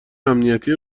امنیتی